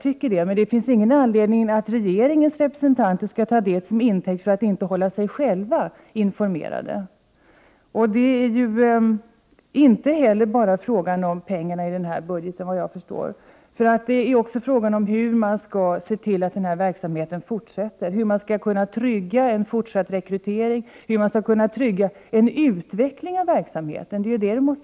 Det är beklagansvärt, men det finns inte någon anledning för regeringens representanter att ta detta som intäkt för att inte hålla sig själva informerade. Såvitt jag förstår är det heller inte bara fråga om anslaget i den senaste budgeten. Det är också fråga om hur man skall se till att denna verksamhet fortsätter, hur man skall kunna trygga en fortsatt rekrytering och en utveckling av verksamheten. Det är vad det handlar om.